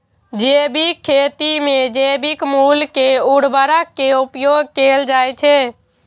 जैविक खेती मे जैविक मूल के उर्वरक के उपयोग कैल जाइ छै